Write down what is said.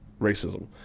racism